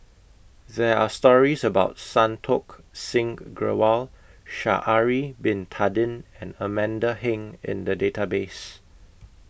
There Are stories about Santokh Singh Grewal Sha'Ari Bin Tadin and Amanda Heng in The Database